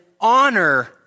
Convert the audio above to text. honor